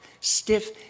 stiff